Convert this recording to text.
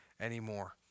anymore